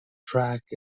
track